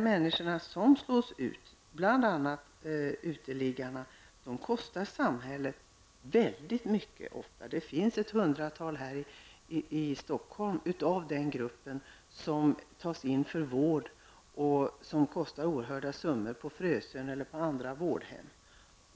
människor som slås ut, bl.a. uteliggarna, kostar ofta samhället väldigt mycket. Det finns här i Stockholm ett hundratal människor som hör till den gruppen, vilka tas in för vård och som kostar oerhörda summor på Frösön eller på andra vårdhem.